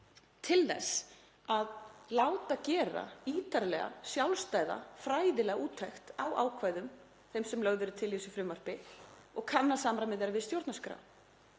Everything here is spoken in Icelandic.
til þess að láta gera ítarlega, sjálfstæða og fræðilega úttekt á ákvæðum þeim sem lögð eru til í frumvarpinu og kanna samræmi þeirra við stjórnarskrá.